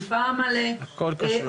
ופעם על אובדנות,